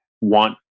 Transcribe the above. want